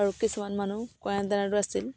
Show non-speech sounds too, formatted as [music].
আৰু কিছুমান মানুহ [unintelligible] আছিল